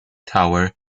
tower